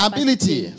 Ability